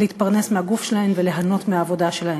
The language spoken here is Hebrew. להתפרנס מהגוף שלהן וליהנות מהעבודה שלהן.